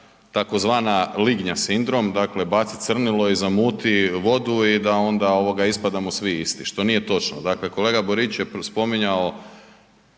tzv. lignja sindrom, dakle baci crnilo i zamuti vodu i da onda ispadamo svi isti, što nije točno. Dakle, kolega Borić je spominjao